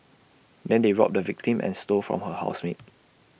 then they robbed the victim and stole from her housemate